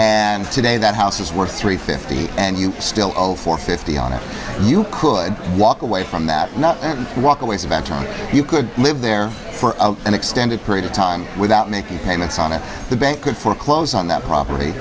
and today that house is worth three fifty and you still owe four fifty on it you could walk away from that not walk away as a venture you could live there for an extended period of time without making payments on it the bank could foreclose on that property